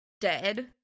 dead